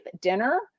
dinner